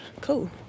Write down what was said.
Cool